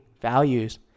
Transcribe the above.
values